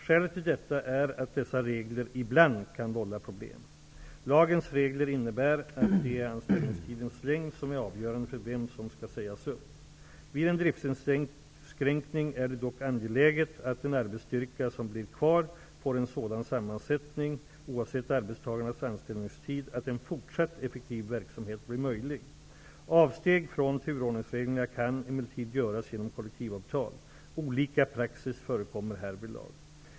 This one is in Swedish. Skälet till detta är att dessa regler ibland kan vålla problem. Lagens regler innebär att det är anställningstidens längd som är avgörande för vem som skall sägas upp. Vid en driftsinskränkning är det dock angeläget att den arbetsstyrka som blir kvar får en sådan sammansättning -- oavsett arbetstagarnas anställningstid -- att en fortsatt effektiv verksamhet blir möjlig. Avsteg från turordningsreglerna kan emellertid göras genom kollektivavtal. Olika praxis förekommer härvidlag.